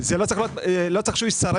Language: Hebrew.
זה לא צריך שהוא יישרף.